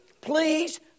please